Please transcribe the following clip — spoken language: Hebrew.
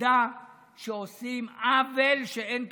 תדע שעושים עוול שאין כדוגמתו.